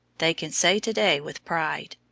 they can say to-day with pride.